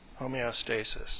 Homeostasis